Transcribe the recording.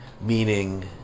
meaning